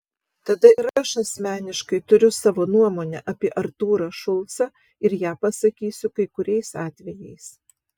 tada ir aš asmeniškai turiu savo nuomonę apie artūrą šulcą ir ją pasakysiu kai kuriais atvejais